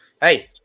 Hey